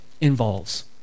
involves